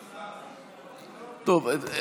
טוב,